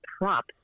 prop